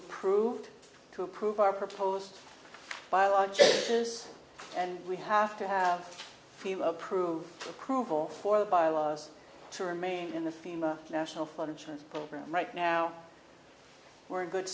approve to approve our proposed biologic is and we have to have approved approval for the bylaws to remain in the fema national flood insurance program right now we're in good